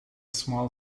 small